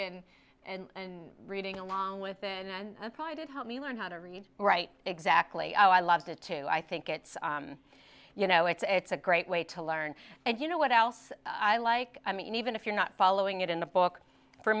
and and reading along with it and probably did help me learn how to read write exactly i loved it too i think it's you know it's a great way to learn and you know what else i like i mean even if you're not following it in the book for